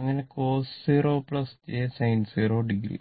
അങ്ങനെ cos 0 j sin 0 o